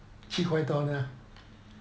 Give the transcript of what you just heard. see quite on a